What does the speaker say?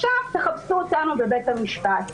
תפנו לבית המשפט.